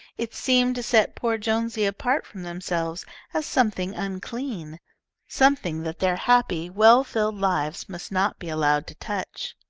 it seemed to set poor jonesy apart from themselves as something unclean something that their happy, well-filled lives must not be allowed to touch.